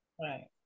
Right